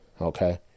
Okay